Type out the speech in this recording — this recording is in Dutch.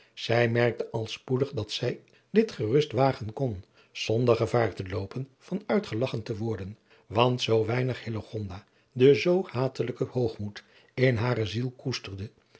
zij merkte al spoedig dat zij dit gerust wagen kon zonder gevaar te loopen van uitgelagchen te worden want zoo weinig hillegonda den zoo hatelijken hoogmoed in hare ziel koesterde